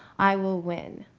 i will win.